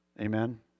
Amen